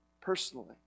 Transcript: personally